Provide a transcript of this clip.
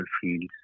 fields